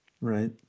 right